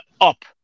Up